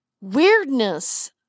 weirdness